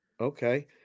Okay